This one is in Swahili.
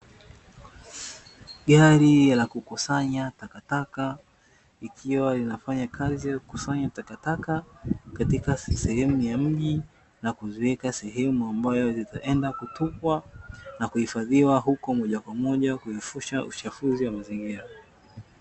Gari la kukusanya takataka likiwa linafanya kazi ya kukusanya takataka, katika sehemu ya mji na kuziweka sehemu ambayo zitaenda kutupwa na kuhifadhiwa huko moja kwa moja kuepusha uchafuzi wa mazingira.